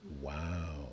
Wow